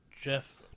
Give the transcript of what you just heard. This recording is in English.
Jeff